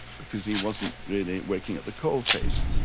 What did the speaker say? because he wasn't really working at the coalface,